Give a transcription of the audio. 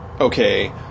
okay